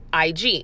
IG